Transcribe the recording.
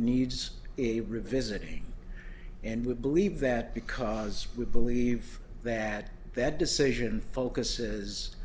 needs a revisiting and we believe that because we believe that that decision focuses